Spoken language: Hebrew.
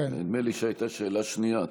נדמה לי שהייתה שאלה שנייה.